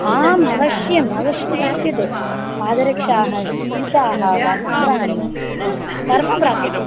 आम् अवश्यम् अवश्यं प्राप्यते पादरक्षाः स्यूताः वस्त्राणि सर्वं प्राप्यते